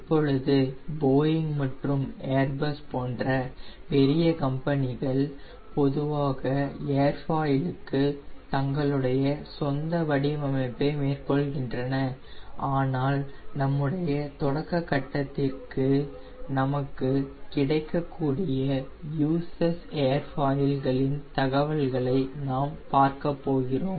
இப்பொழுது போயிங் மற்றும் ஏர்பஸ் போன்ற பெரிய கம்பெனிகள் பொதுவாக ஏர்ஃபாயிலுக்கு தங்களுடைய சொந்த வடிவமைப்பை மேற்கொள்கின்றன ஆனால் நம்முடைய தொடக்க கட்டத்திற்கு நமக்கு கிடைக்கக்கூடிய யூசஸ் ஏர்ஃபாயில்களின் தரவுகளை நாம் பார்க்கப் போகிறோம்